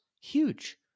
huge